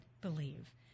believe